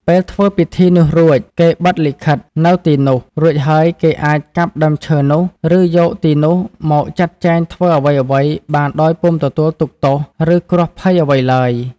ពេលធ្វើពិធីនោះរួច គេបិទលិខិត នៅទីនោះ រួចហើយគេអាចកាប់ដើមឈើនោះ ឬ យកទីនោះមកចាត់ចែងធ្វើអ្វីៗ បានដោយពុំទទួលទុក្ខទោស ឬ គ្រោះភ័យអ្វីឡើយ។